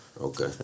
Okay